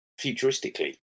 futuristically